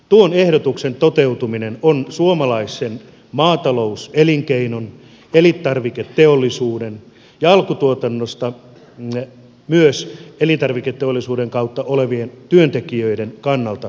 tuon ehdotuksen toteutuminen on suomalaisen maatalouselinkeinon elintarviketeollisuuden ja alkutuotannosta myös elintarviketeollisuuden kautta olevien työntekijöiden kannalta erityisen suuri